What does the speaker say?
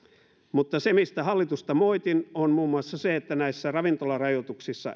mutta se mistä hallitusta moitin on muun muassa se että näissä ravintolarajoituksissa